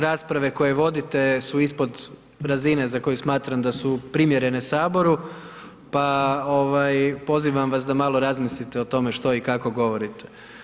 Rasprave koje vodite su ispod razine za koju smatram da su primjerene Saboru, pa pozivam vas da malo razmislite o tome što i kako govorite.